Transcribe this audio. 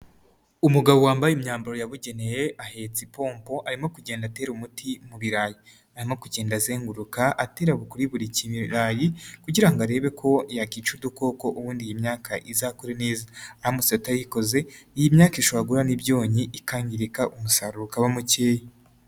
umugabo wambaye imyambaro yabugeneye, ahetse ipompo arimo kugenda atera umuti mu birarayi, arimo kugenda azenguruka aterabu kuri buri kirayi kugira ngo arebe ko yakica udukoko, ubundi iyi myaka ikazakura neza aramutse atayikoze iyi myaka ishobora guhura n'ibyonnyi ikangirika umusaruro ukaba mukeya.